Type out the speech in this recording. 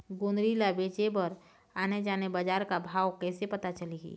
गोंदली ला बेचे बर आने आने बजार का भाव कइसे पता चलही?